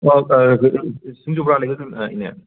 ꯁꯤꯡꯖꯨ ꯕꯣꯔꯥ ꯂꯩꯒꯗ꯭ꯔꯣ ꯏꯅꯦ